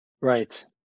right